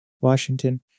Washington